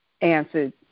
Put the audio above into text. answered